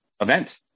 event